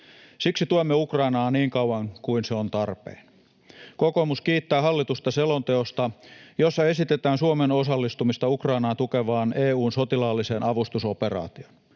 Siksi tuemme Ukrainaa niin kauan kuin se on tarpeen. Kokoomus kiittää hallitusta selonteosta, jossa esitetään Suomen osallistumista Ukrainaa tukevaan EU:n sotilaalliseen avustusoperaatioon.